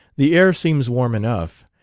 the air seems warm enough.